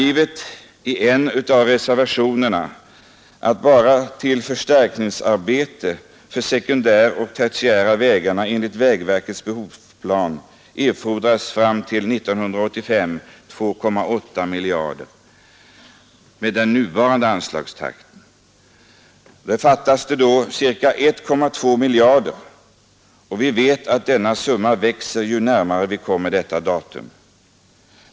I en av reservationerna anges att bara till förstärkningsarbete för sekundäroch tertiärvägarna enligt vägverkets behovsplan erfordras fram till 1985 2,8 miljarder kronor med den nuvarande anslagstakten. Det fattas då ca 1,2 miljarder kronor, och vi vet att denna summa växer ju närmare vi kommer den tidpunkten.